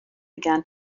began